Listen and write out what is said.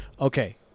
Okay